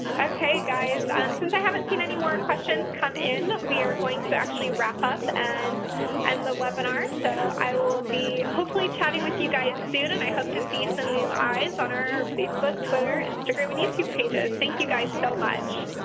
okay, guys, and since i haven't seen any more questions come in, we are going to actually wrap up and end and the webinar. so i will be hopefully chatting with you guys soon. and i hope to see some new eyes on our facebook, twitter, instagram, and youtube pages. thank you guys so much!